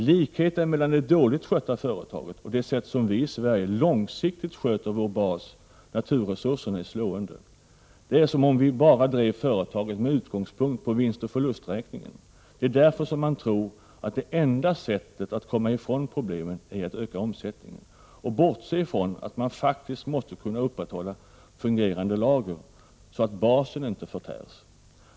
Likheten mellan det dåligt skötta företaget och det sätt på vilket vi i Sverige långsiktigt sköter vår bas — naturresurserna — är slående. Det är som om vi bara drev företaget med utgångspunkt från vinstoch förlusträkningen. Det är därför som man tror att det enda sättet att komma ifrån problemen är att öka omsättningen och bortser ifrån att man faktiskt måste kunna upprätthålla fungerande lager, så att basen inte förtärs.